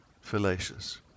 fallacious